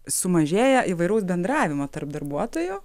sumažėja įvairaus bendravimo tarp darbuotojų